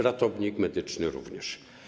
Ratownik medyczny - również.